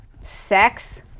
sex